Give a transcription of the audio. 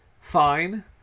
fine